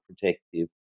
protective